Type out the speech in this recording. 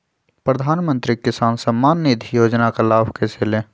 प्रधानमंत्री किसान समान निधि योजना का लाभ कैसे ले?